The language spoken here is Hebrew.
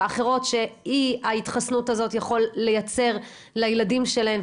האחרות שאי ההתחסנות הזאת יכולה לייצר לילדים שלהם,